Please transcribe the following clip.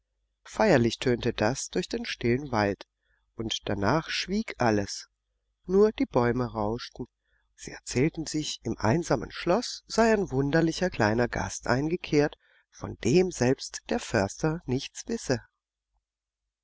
feierlich tönte das durch den stillen wald und danach schwieg alles nur die bäume rauschten sie erzählten sich im einsamen schloß sei ein wunderlicher kleiner gast eingekehrt von dem selbst der förster nichts wisse